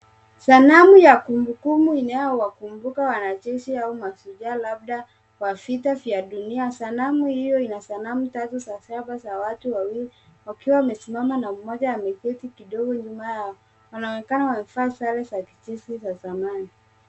Sanamu ya kumbukumbu inayowakumbuka wanajeshi au mashujaa labda wa vita vya dunia. Sanamu hio ina sanamu tatu za safa za watu wawili wakiwa wamesimama, na mmoja ameketi kidogo nyuma yao. Wanaonekana wamevaa sare za kijeshi za zamani.